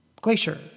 glacier